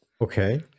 okay